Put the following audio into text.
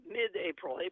mid-April